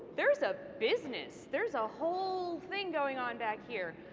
there's a business. there's a whole thing going on back here.